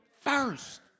first